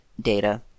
data